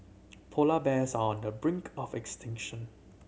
polar bears are on the brink of extinction